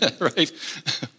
right